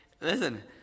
listen